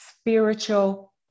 spiritual